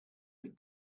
that